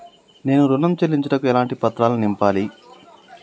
నేను ఋణం చెల్లించుటకు ఎలాంటి పత్రాలను నింపాలి?